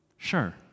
Sure